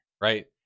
right